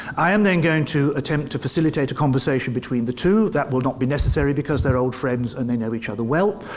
i am then going to attempt to facilitate a conversation between the two. that will not be necessary, because they're old friends, and they know each other well.